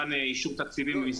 יושבת תכנית בנושא מדרג המילואים,